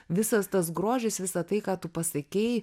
visas tas grožis visa tai ką tu pasakei